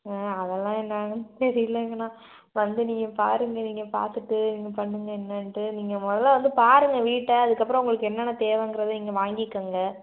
ஆ அதெல்லாம் என்னென்னு தெரிலேங்கண்ணா வந்து நீங்கள் பாருங்கள் நீங்கள் பார்த்துட்டு நீங்கள் பண்ணுங்கள் என்னென்ட்டு நீங்கள் முதல்ல வந்து பாருங்கள் வீட்டை அதுக்கப்புறம் உங்களுக்கு என்னென்ன தேவைங்கிறத நீங்கள் வாங்கிக்கோங்க